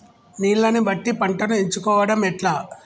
నీళ్లని బట్టి పంటను ఎంచుకోవడం ఎట్లా?